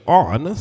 on